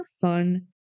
fun